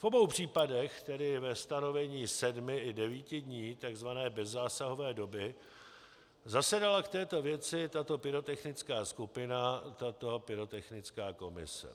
V obou případech, tedy ve stanovení sedmi i devíti dní takzvané bezzásahové doby, zasedala k této věci tato pyrotechnická skupina, tato pyrotechnická komise.